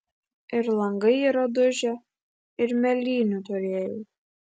ir langai yra dužę ir mėlynių turėjau